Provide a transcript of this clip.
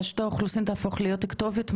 רשות האוכלוסין תהפוך להיות הכתובת,